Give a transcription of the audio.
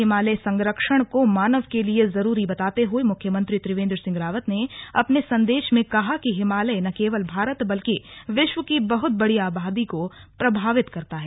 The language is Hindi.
हिमालय संरक्षण को मानव के लिए जरूरी बताते हुए मुख्यमंत्री त्रिवेन्द्र सिंह रावत ने अपने संदेश में कहा कि हिमालय न केवल भारत बल्कि विश्व की बहुत बड़ी आबादी को प्रभावित करता है